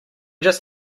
just